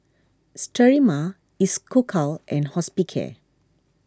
Sterimar Isocal and Hospicare